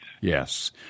Yes